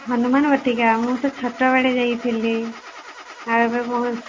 ହନୁମାନ ବାଟିକା ମୁଁ ତ ଛୋଟବେଳେ ଯାଇଥିଲି ଆଉ ଏବେ ବହୁତ